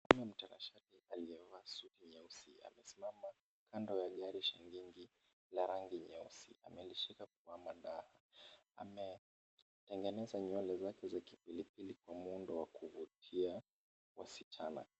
Mwanaume mtanashati aliyevaa suti nyeusi, amesimama kando ya gari shangingi la rangi nyeusi, amelishika kwa madaha. Ametengeneza nywele zake za kipilipili, kwa muundo wa kuvutia wasichana.